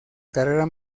carrera